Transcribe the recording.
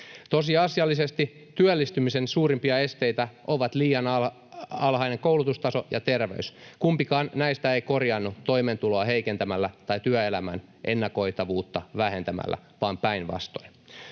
Tosiasiallisesti työllistymisen suurimpia esteitä ovat liian alhainen koulutustaso ja terveys. Kumpikaan näistä ei korjaannu toimeentuloa heikentämällä tai työelämän ennakoitavuutta vähentämällä, vaan päinvastoin.